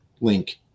Link